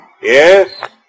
Yes